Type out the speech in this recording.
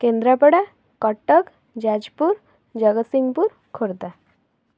Kendrapara Cuttack Jajpur Jagatsinghpur Khordha